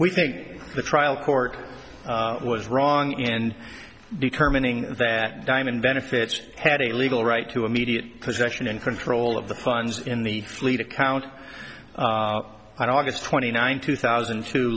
we think the trial court was wrong and determining that diamond benefits had a legal right to immediate possession and control of the funds in the fleet account on august twenty ninth two thousand